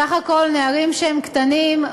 בסך הכול נערים שהם קטנים,